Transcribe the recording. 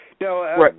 No